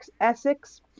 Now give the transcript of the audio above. essex